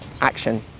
action